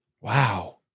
Wow